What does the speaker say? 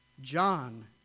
John